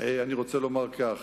אני רוצה לומר כך: